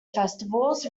festivals